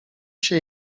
się